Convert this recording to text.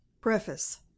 Preface